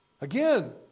Again